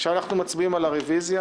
עכשיו אנחנו מצביעים על הרוויזיה.